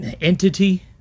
entity